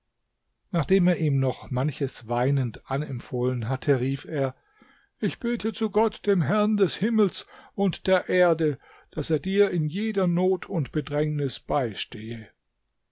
nachdem er ihm noch manches weinend anempfohlen hatte rief er ich bete zu gott dem herrn des himmels und der erde daß er dir in jeder not und bedrängnis beistehe